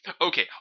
okay